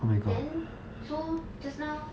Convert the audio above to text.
then so just now